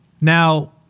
Now